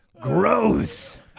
Gross